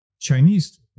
Chinese